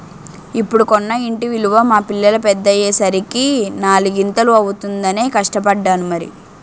ఇప్పుడు కొన్న ఇంటి విలువ మా పిల్లలు పెద్దయ్యే సరికి నాలిగింతలు అవుతుందనే కష్టపడ్డాను మరి